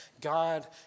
God